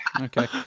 okay